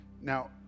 Now